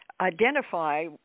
identify